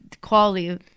quality